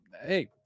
Hey